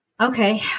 Okay